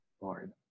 Lord